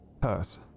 purse